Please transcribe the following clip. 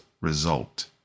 result